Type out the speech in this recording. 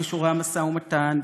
כישורי המשא ומתן,